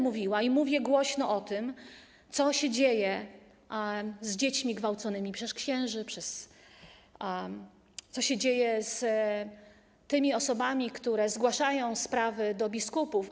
Mówię i będę głośno mówiła o tym, co się dzieje z dziećmi gwałconymi przez księży, co się dzieje z tymi osobami, które zgłaszają sprawy do biskupów.